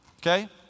Okay